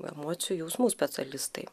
emocijų jausmų specialistai